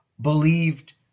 believed